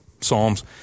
psalms